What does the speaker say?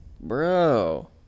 bro